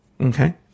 Okay